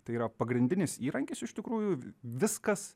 tai yra pagrindinis įrankis iš tikrųjų viskas